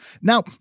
Now